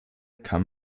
kann